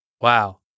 Wow